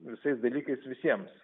visais dalykais visiems